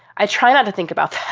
i try not to think about